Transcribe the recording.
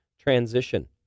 transition